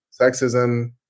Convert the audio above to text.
sexism